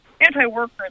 anti-worker